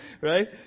right